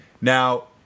Now